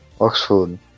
Oxford